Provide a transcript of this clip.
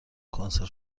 کنسرو